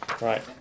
Right